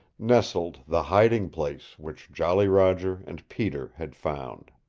nestled the hiding place which jolly roger and peter had found.